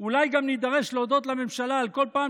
אולי גם נידרש להודות לממשלה על כל פעם